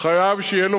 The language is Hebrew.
חייב שיהיה לו